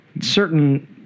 certain